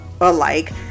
alike